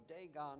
Dagon